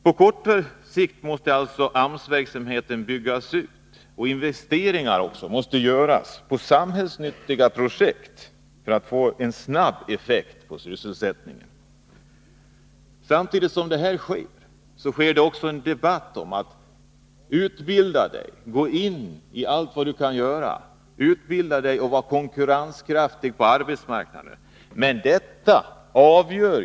På kort sikt måste AMS-verksamheten byggas ut och investeringar göras i samhällsnyttiga projekt för att vi skall få en snabb effekt på sysselsättningen. Samtidigt som denna nedgång i sysselsättningen äger rum förs det en debatt om vikten av utbildning. Utbilda dig för att bli konkurrenskraftig på 23 arbetsmarknaden, lyder uppmaningen.